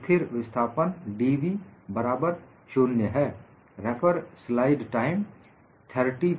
स्थिर विस्थापन dv बराबर 0 है